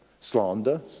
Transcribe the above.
Slander